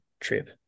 trip